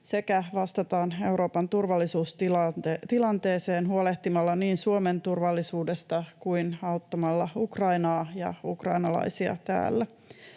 sekä vastataan Euroopan turvallisuustilanteeseen huolehtimalla niin Suomen turvallisuudesta kuin auttamalla Ukrainaa ja ukrainalaisia täällä.